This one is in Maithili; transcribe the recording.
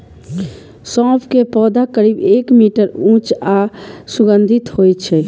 सौंफ के पौधा करीब एक मीटर ऊंच आ सुगंधित होइ छै